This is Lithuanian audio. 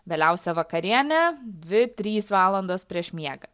vėliausia vakarienė dvi trys valandos prieš miegą